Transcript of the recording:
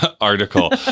article